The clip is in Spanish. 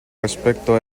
respecto